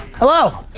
hello.